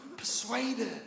persuaded